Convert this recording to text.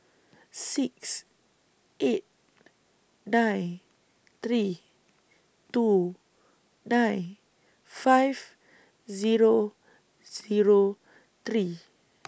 six eight nine three two nine five Zero Zero three